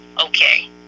okay